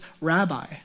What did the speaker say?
rabbi